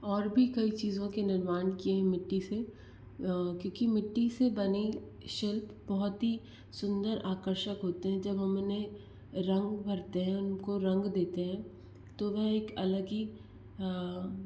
और भी कई चीज़ों के निर्माण किए मिट्टी से क्यूँकि मिट्टी से बने शिल्प बहुत ही सुन्दर आकर्षक होते हैं जब हम उन्हें रंग भरते हैं उनको रंग देते हैं तो वह एक अलग ही